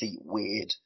weird